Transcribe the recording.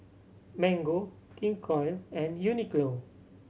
Mango King Koil and Uniqlo